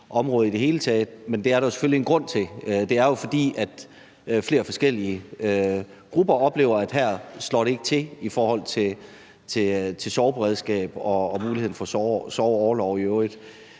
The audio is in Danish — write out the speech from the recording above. forholdsvis komplekst, men det er der jo selvfølgelig en grund til. Det er jo, fordi flere forskellige grupper oplever, at det, der tilbydes i forhold til sorgberedskab og muligheden for sorgorlov i øvrigt,